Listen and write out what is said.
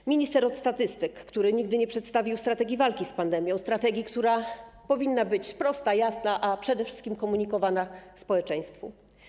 To minister od statystyk, który nigdy nie przedstawił strategii walki z pandemią, strategii, która powinna być prosta, jasna, a przede wszystkim komunikowana społeczeństwu.